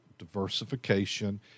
diversification